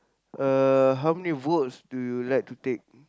uh how many volts do you like to take